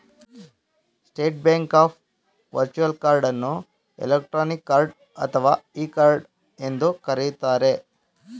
state Bank of virtual card ಅನ್ನು electronic card ಅಥವಾ e card ಎಂದು ಕರೆಯುತ್ತಾರೆ